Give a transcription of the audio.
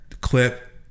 clip